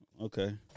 Okay